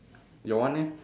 your one leh